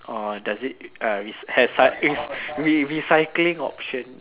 or does it uh rec~ has is re~ recycling option